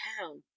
town